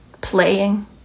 playing